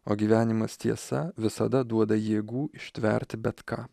o gyvenimas tiesa visada duoda jėgų ištverti bet ką